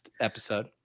episode